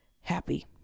happy